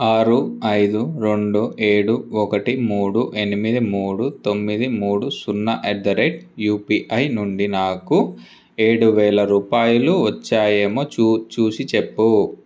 ఆరు ఐదు రెండు ఏడు ఒకటి మూడు ఎనిమిది మూడు తొమ్మిది మూడు సున్నా అట్ ద రేట్ యూపీఐ నుండి నాకు ఏడువేల రూపాయలు వచ్చాయేమో చూ చూసిచెప్పు